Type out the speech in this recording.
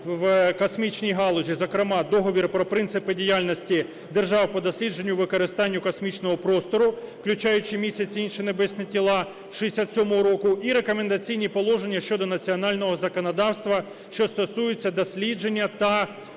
у космічній галузі, зокрема Договір про принципи діяльності держав по дослідженню і використанню космічного простору, включаючи Місяць і інші небесні тіла, з 67-го року, і рекомендаційні положення щодо національного законодавства, що стосуються дослідження та